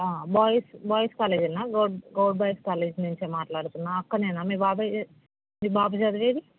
boys boys కాలేజేనా గో Goud boys college నుంచే మాట్లాడుతున్నాను అక్కడనా మీ బాబాయి మీ బాబు చదివేది